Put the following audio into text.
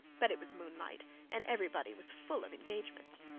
but it was moonlight and every body was full of engagements.